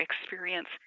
experience